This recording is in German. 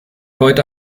heute